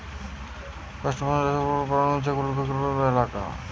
plantation চাষে বড়ো plantation এ যেগুলি বৃক্ষরোপিত এলাকা